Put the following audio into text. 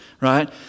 right